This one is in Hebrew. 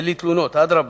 אין לי תלונות, אדרבה,